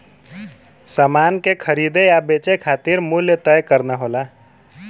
समान के खरीदे या बेचे खातिर मूल्य तय करना होला